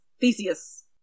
Theseus